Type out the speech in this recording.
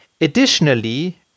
Additionally